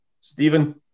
Stephen